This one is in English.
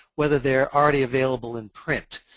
whether they're already available in print.